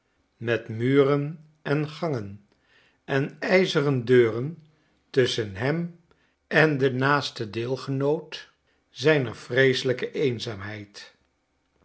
met muren en gangen en ijzeren deuren tusschen hem en den naasten deelgenoot zijner vreeselijke eenzaamheid